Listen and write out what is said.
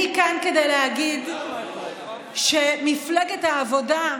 אני כאן כדי להגיד שמפלגת העבודה,